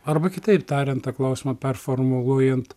arba kitaip tariant tą klausimą performuluojant